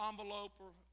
envelope